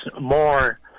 more